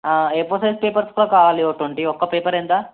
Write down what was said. ఏ four size papers కూడా కావాలి ఓ ట్వంటీ ఒక్క పేపర్ ఎంత